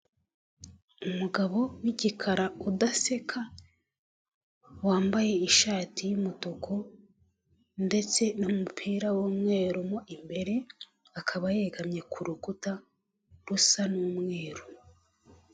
Umugabo w'igikara udaseka wambaye ishati y'umutuku ndetse n'umupira w'umweru mo imbere, akaba yegamye kuru rukuta rusa n'umweru.